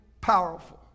powerful